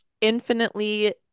infinitely